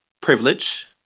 privilege